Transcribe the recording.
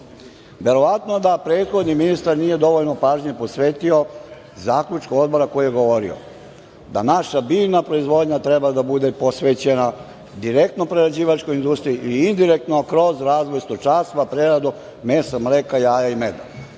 Verovatno da prethodni ministar nije dovoljno pažnje posvetio zaključku Odbora koji je govorio da naša biljna proizvodnja treba da bude posvećena direktno prerađivačkoj industriji ili indirektno kroz razvoj stočarstva, preradu mesa, mleka, jaja i